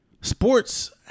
Sports